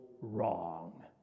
wrong